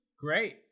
Great